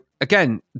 again